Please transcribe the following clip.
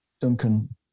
Duncan